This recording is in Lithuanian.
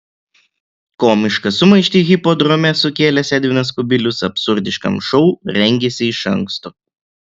komišką sumaištį hipodrome sukėlęs edvinas kubilius absurdiškam šou rengėsi iš anksto